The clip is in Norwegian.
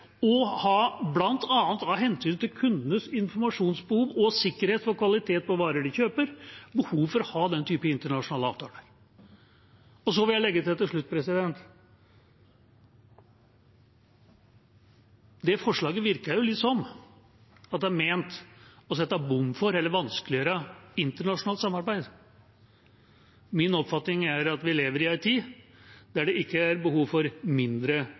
av hensyn til kundenes informasjonsbehov og sikkerhet for kvalitet på varer de kjøper, har behov for å ha den typen internasjonale avtaler. Så vil jeg til slutt legge til: Det virker litt som om dette forslaget er ment å sette bom for eller vanskeliggjøre internasjonalt samarbeid. Min oppfatning er at vi lever i en tid der det ikke er behov for mindre